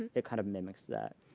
it kind of mimics that.